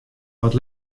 wat